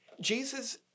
Jesus